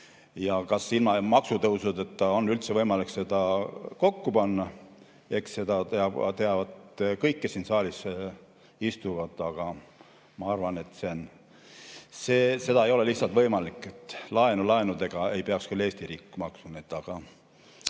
Kas ilma maksutõusudeta on üldse võimalik seda kokku panna, eks seda teavad kõik, kes siin saalis istuvad. Ma arvan, et see ei ole lihtsalt võimalik. Laenu laenudega ei peaks Eesti riik küll maksma.